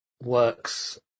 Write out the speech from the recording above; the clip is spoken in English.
works